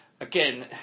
again